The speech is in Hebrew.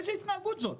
איזו התנהגות זאת?